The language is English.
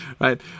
right